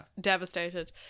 Devastated